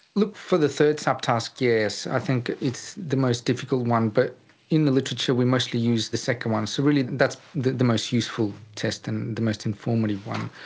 look, for the third sub task, yes, i think it's the most difficult one. but in the literature we mostly use the second one, so that's the the most useful test and the most informative one.